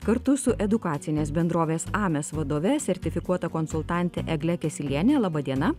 kartu su edukacinės bendrovės ames vadove sertifikuota konsultantė eglė kesylienė laba diena